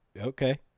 okay